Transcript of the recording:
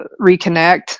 reconnect